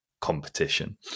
competition